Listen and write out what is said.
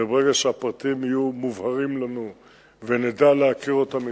וברגע שהפרטים יהיו מובהרים לנו ונכיר אותם,